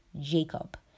Jacob